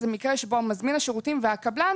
זה מקרה שבו מזמין השירותים והקבלן